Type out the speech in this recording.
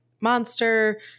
Monster